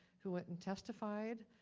who went and testified.